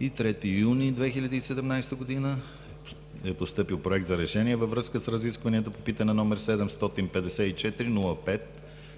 23 юни 2017 г. е постъпил Проект за решение във връзка с разискванията по питане, №